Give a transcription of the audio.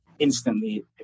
Instantly